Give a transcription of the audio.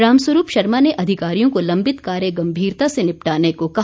रामस्वरूप शर्मा ने अधिकारियों को लंबित कार्य गंभीरता से निपटाने को कहा